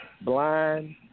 Blind